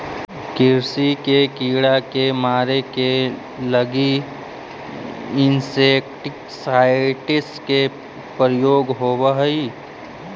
कृषि के कीड़ा के मारे के लगी इंसेक्टिसाइट्स् के प्रयोग होवऽ हई